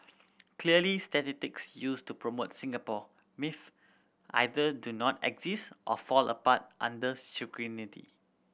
clearly statistics used to promote Singapore myth either do not exist or fall apart under scrutiny